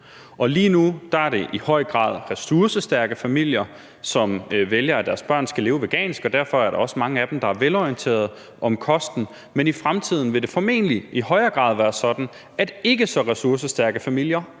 Lige nu er det i høj grad ressourcestærke familier, som vælger, at deres børn skal leve vegansk. Derfor er der også mange af dem, der er velorienterede om kosten, men i fremtiden vil det formentlig i højere grad være sådan, at ikke så ressourcestærke familier